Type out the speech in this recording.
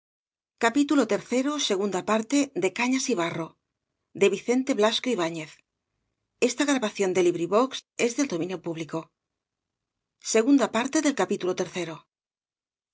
parte del rey enrique vi la segunda parte del